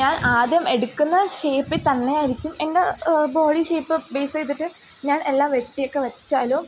ഞാൻ ആദ്യം എടുക്കുന്ന ഷേപ്പിൽ തന്നെയായിരിക്കും എൻ്റെ ബോഡി ഷേപ്പ് ബേസ് ചെയ്തിട്ട് ഞാൻ എല്ലാം വെട്ടിയൊക്കെ വെച്ചാലോ